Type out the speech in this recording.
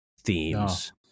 themes